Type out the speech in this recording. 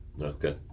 Okay